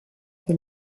che